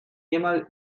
niemal